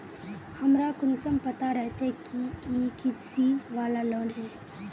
हमरा कुंसम पता रहते की इ कृषि वाला लोन है?